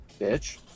bitch